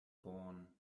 born